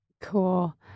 cool